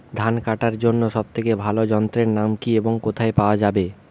ধান কাটার জন্য সব থেকে ভালো যন্ত্রের নাম কি এবং কোথায় পাওয়া যাবে?